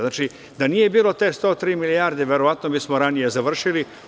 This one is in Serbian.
Znači, da nije bilo te 103 milijarde, verovatno bismo ranije završili.